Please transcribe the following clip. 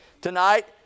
tonight